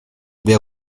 wer